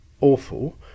awful